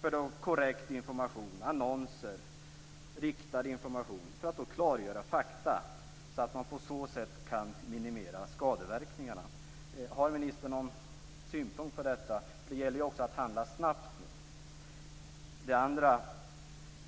för korrekt information, annonser och riktad information för att klargöra fakta och på så sätt minimera skadeverkningarna. Har ministern någon synpunkt på detta? Det gäller ju också att handla snabbt nu.